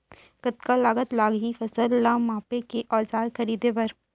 कतका लागत लागही फसल ला मापे के औज़ार खरीदे बर?